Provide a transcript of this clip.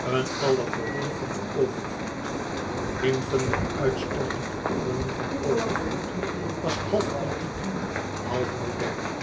een allegorie van den overvloed nimfen met uitstortende hoornen van overvloed was half antiek half modern